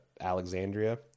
Alexandria